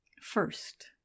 First